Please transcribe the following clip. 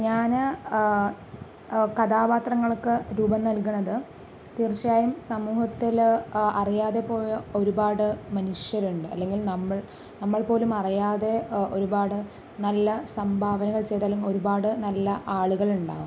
ഞാൻ കഥാപാത്രങ്ങള്ക്ക് രൂപം നല്കണത് തീര്ച്ചയായും സമൂഹത്തിൽ അറിയാതെ പോയ ഒരുപാട് മനുഷ്യരുണ്ട് അല്ലെങ്കില് നമ്മള് നമ്മള് പോലും അറിയാതെ ഒരുപാട് നല്ല സംഭാവനകള് ചെയ്ത അല്ലെങ്കിൽ ഒരുപാട് നല്ല ആളുകള് ഉണ്ടാവും